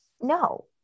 no